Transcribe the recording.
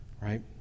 Right